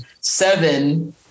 Seven